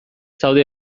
zaude